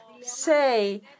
say